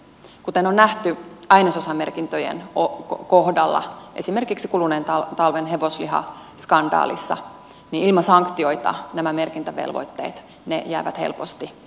kuten on nähty ainesosamerkintöjen kohdalla esimerkiksi kuluneen talven hevoslihaskandaalissa ilman sanktioita nämä merkintävelvoitteet jäävät helposti löyhiksi